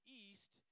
east